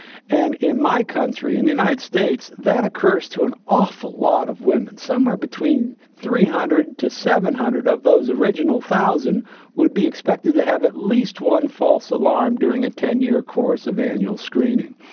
and in my country, in the united states that occurs to an awful lot of women. somewhere between three hundred to seven hundred of those original one thousand would be expected to have at least one false alarm during a ten year course of annual screening.